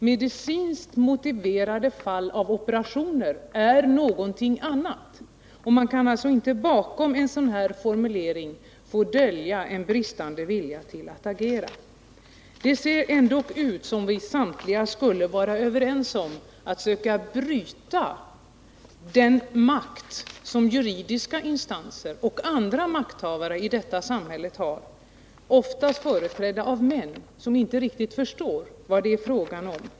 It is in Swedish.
Medicinskt motiverade fall av operationer är någonting annat, men man kan alltså inte bakom en sådan här formulering få dölja en bristande vilja att agera. Det ser ändock ut som om vi samtliga skulle vara överens om att söka bryta den makt som juridiska instanser och andra makthavare i detta samhälle har, oftast företrädda av män som inte riktigt förstår vad det är fråga om.